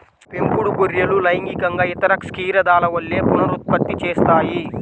పెంపుడు గొర్రెలు లైంగికంగా ఇతర క్షీరదాల వలె పునరుత్పత్తి చేస్తాయి